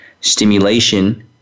Stimulation